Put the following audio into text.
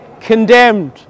condemned